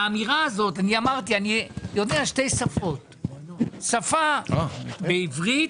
אני יודע שתי שפות, שפה בעברית,